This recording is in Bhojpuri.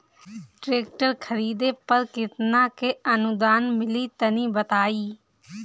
ट्रैक्टर खरीदे पर कितना के अनुदान मिली तनि बताई?